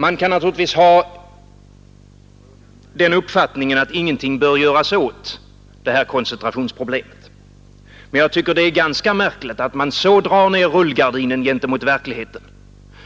Man kan naturligtvis ha den uppfattningen att ingenting bör göras åt det här koncentrationsproblemet, men det är ganska märkligt att man så drar ner rullgardinen mot verkligheten